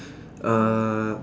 uh